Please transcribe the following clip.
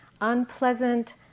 unpleasant